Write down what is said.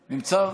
נמצא?